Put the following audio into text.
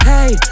Hey